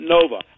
Nova